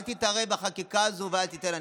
אל תתערב בחקיקה הזו ואל תיתן ענישה.